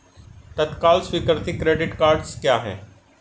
तत्काल स्वीकृति credit cards क्या हैं?